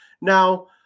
Now